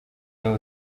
niwe